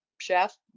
chef